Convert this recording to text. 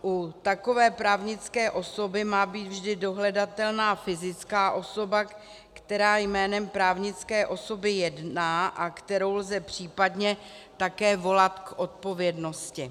U takové právnické osoby má být vždy dohledatelná fyzická osoba, která jménem právnické osoby jedná a kterou lze případně také volat k odpovědnosti.